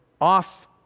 off